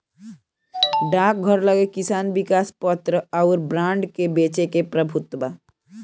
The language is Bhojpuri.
डाकघर लगे किसान विकास पत्र अउर बांड के बेचे के प्रभुत्व बा